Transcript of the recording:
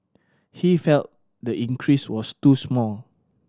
he felt the increase was too small